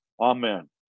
Amen